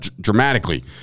dramatically